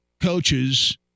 coaches